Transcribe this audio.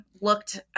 looked